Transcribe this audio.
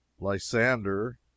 Lysander